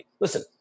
Listen